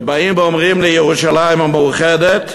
ובאים ואומרים לי, ירושלים המאוחדת,